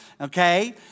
okay